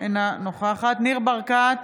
אינה נוכחת ניר ברקת,